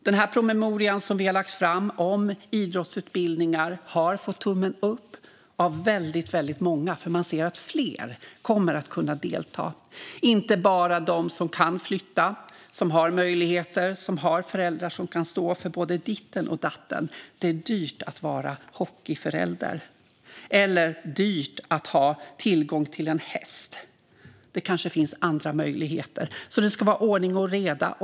Den promemoria som vi har lagt fram om idrottsutbildningar har fått tummen upp av väldigt många. Man ser nämligen att fler kommer att kunna delta, inte bara de som kan flytta, som har möjligheter och som har föräldrar som kan stå för både ditten och datten. Det är dyrt att vara hockeyförälder eller att ha tillgång till en häst. Det kanske finns andra möjligheter, så det ska vara ordning och reda.